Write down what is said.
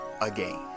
again